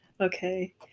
Okay